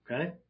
okay